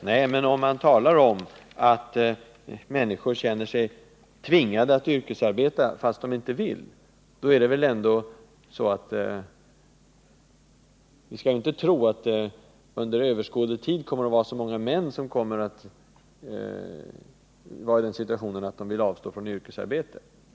Nej, men om man talar om att människor känner sig tvingade att yrkesarbeta trots att de inte vill det är det väl ändå kvinnor det gäller. Vi skall inte —-även om vi är aldrig så mycket för jämställdhet — tro att så många män under överskådlig tid vill avstå från yrkesarbete.